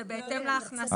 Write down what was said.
זה בהתאם להכנסה.